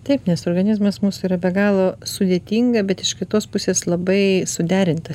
taip nes organizmas mūsų yra be galo sudėtinga bet iš kitos pusės labai suderintas